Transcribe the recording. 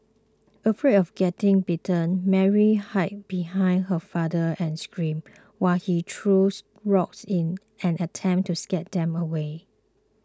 afraid of getting bitten Mary hid behind her father and screamed while he throws rocks in an attempt to scare them away